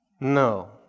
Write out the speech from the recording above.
No